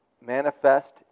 manifest